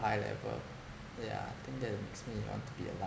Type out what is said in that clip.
high level yeah I think that makes me want to be alive